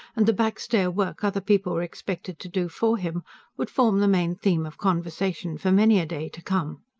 and the backstair-work other people were expected to do for him would form the main theme of conversation for many a day to come.